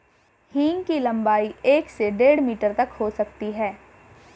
हींग की लंबाई एक से डेढ़ मीटर तक हो सकती है